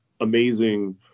amazing